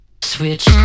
Switch